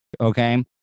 okay